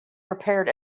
prepared